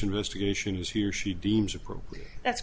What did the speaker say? investigation as he or she deems appropriate that's